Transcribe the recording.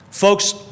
Folks